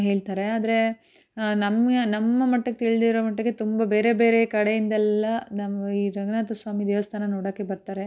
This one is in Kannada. ಹೇಳ್ತಾರೆ ಆದರೆ ನಮ್ಮ ನಮ್ಮ ಮಟ್ಟಕ್ಕೆ ತಿಳಿದಿರೊ ಮಟ್ಟಿಗೆ ತುಂಬ ಬೇರೆ ಬೇರೆ ಕಡೆಯಿಂದೆಲ್ಲ ನಮ್ಮ ಈ ರಂಗನಾಥ ಸ್ವಾಮಿ ದೇವಸ್ಥಾನ ನೋಡೋಕೆ ಬರ್ತಾರೆ